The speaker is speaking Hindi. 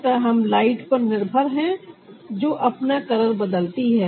अतः हम लाइट पर निर्भर हैं जो अपना कलर बदलती है